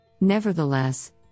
Nevertheless